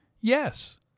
Yes